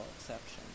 exception